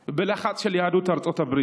בלחץ של יהדות ארצות הברית,